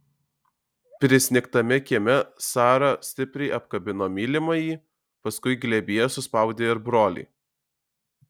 prisnigtame kieme sara stipriai apkabino mylimąjį paskui glėbyje suspaudė ir brolį